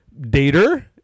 dater